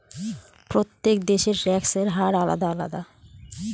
প্রত্যেক দেশের ট্যাক্সের হার আলাদা আলাদা